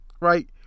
Right